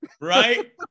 Right